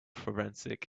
forensic